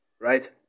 right